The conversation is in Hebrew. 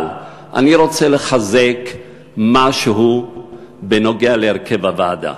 אבל אני רוצה לחזק משהו בנוגע להרכב הוועדה.